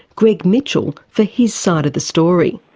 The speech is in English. greg mitchell, for his side of the story.